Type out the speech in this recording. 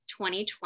2020